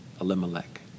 Elimelech